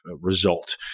result